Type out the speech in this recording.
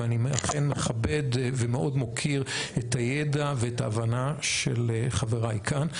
ואני אכן מכבד ומאוד מוקיר את הידע וההבנה של חבריי כאן.